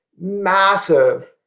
massive